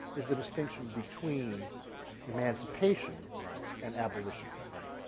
is the distinction between emancipation right. and abolition. right.